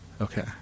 Okay